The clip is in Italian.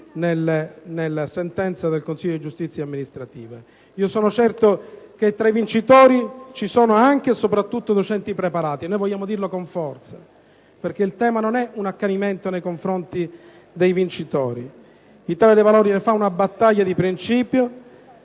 nella sentenza del Consiglio di giustizia amministrativa. Sono certo che tra i vincitori ci sono anche e soprattutto docenti preparati; noi vogliamo dirlo con forza, perché non si tratta di un accanimento nei confronti dei vincitori: l'Italia dei Valori ne fa una battaglia di principio,